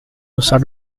usar